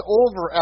over